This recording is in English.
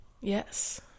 Yes